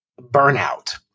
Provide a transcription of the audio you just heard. burnout